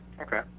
Okay